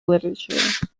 literature